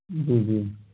جی جی